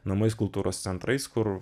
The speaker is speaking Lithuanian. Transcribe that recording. namais kultūros centrais kur